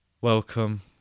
welcome